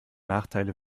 nachteile